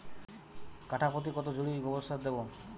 কাঠাপ্রতি কত ঝুড়ি গোবর সার দেবো?